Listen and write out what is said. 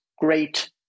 great